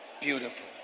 Beautiful